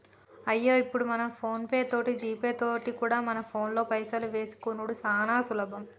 అయ్యో ఇప్పుడు మనం ఫోన్ పే తోటి జీపే తోటి కూడా మన ఫోన్లో పైసలు వేసుకునిడు సానా సులభం